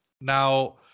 Now